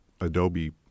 adobe